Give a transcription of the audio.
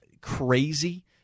crazy